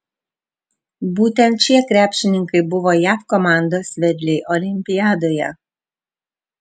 būtent šie krepšininkai buvo jav komandos vedliai olimpiadoje